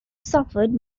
suffered